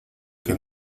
que